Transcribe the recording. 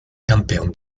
campeón